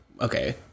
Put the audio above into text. okay